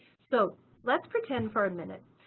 so let's pretend for a minute,